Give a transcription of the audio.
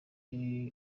jay